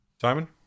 Simon